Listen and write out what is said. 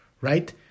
right